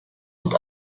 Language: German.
und